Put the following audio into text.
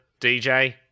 DJ